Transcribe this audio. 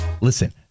listen